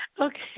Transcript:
Okay